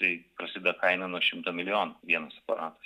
tai prasideda kaina nuo šimto milijonų vienas aparatas